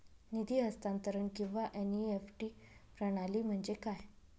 निधी हस्तांतरण किंवा एन.ई.एफ.टी प्रणाली म्हणजे काय?